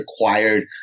required